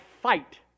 fight